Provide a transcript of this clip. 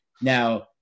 Now